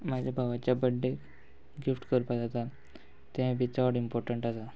म्हज्या भावाच्या birthday gift करपा जाता तें बी चड इम्पोर्टंट आसा